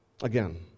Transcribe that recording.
Again